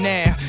Now